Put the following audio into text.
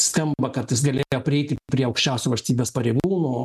skamba kad jis galėjo prieiti prie aukščiausių valstybės pareigūnų